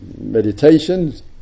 meditations